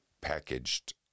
packaged